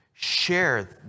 Share